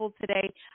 today